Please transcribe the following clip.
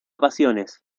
pasiones